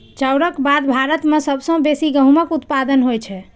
चाउरक बाद भारत मे सबसं बेसी गहूमक उत्पादन होइ छै